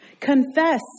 confess